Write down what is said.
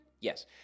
Yes